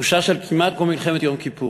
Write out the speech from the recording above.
תחושה של כמעט כמו מלחמת יום כיפור.